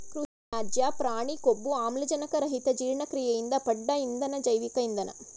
ಕೃಷಿತ್ಯಾಜ್ಯ ಪ್ರಾಣಿಕೊಬ್ಬು ಆಮ್ಲಜನಕರಹಿತಜೀರ್ಣಕ್ರಿಯೆಯಿಂದ ಪಡ್ದ ಇಂಧನ ಜೈವಿಕ ಇಂಧನ